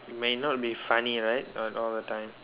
may not be funny right uh all the time